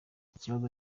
ikibazo